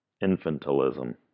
infantilism